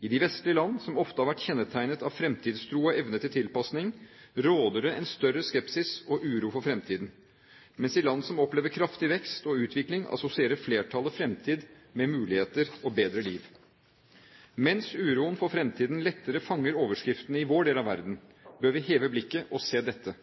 I de vestlige land, som ofte har vært kjennetegnet av fremtidstro og evne til tilpasning, råder det en større skepsis og uro for fremtiden, mens i land som opplever kraftig vekst og utvikling, assosierer flertallet fremtid med muligheter og bedre liv. Mens uroen for fremtiden lettere fanger overskriftene i vår del av verden, bør vi heve blikket og se dette: